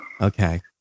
Okay